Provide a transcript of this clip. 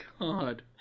god